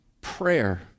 Prayer